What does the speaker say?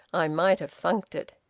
i might have funked it.